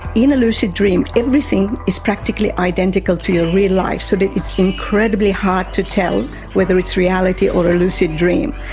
in a lucid dream everything is practically identical to your real life, so that it is incredibly hard to tell whether it's reality or a lucid dream.